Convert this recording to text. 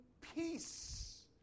peace